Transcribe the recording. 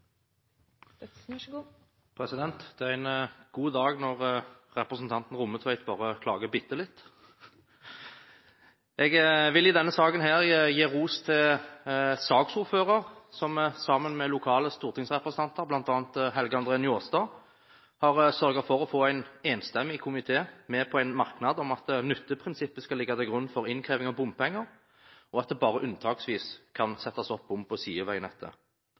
Rommetveit bare klager bitte litt. Jeg vil i denne saken gi ros til saksordføreren, som sammen med lokale stortingsrepresentanter, bl.a. Helge André Njåstad, har sørget for å få en enstemmig komité med på en merknad om at nytteprinsippet skal ligge til grunn for innkreving av bompenger, og at det bare unntaksvis kan settes opp bom på sideveinettet.